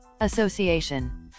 Association